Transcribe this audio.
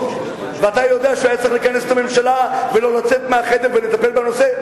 ואתה יודע שהוא היה צריך לכנס את הממשלה ולא לצאת מהחדר ולטפל בנושא,